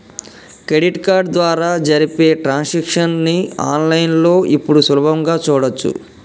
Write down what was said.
credit card ద్వారా జరిపే transactions ని ఆన్ లైన్ లో ఇప్పుడు సులభంగా చూడచ్చు